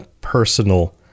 personal